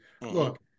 look